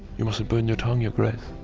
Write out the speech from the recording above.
you mustn't burn your tongue, your grace